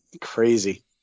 crazy